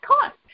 cost